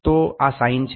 તો આ સાઈન છે